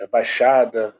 Baixada